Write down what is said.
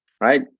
right